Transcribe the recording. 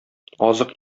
азык